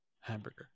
Hamburger